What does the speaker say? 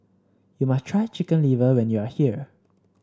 you must try Chicken Liver when you are here